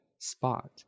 spot